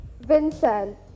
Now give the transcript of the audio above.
Vincent